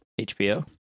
HBO